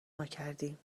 ماکردیم